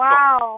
Wow